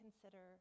consider